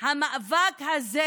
המאבק הזה